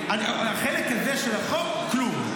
לחלק הזה של החוק, כלום.